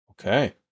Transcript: Okay